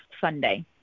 Sunday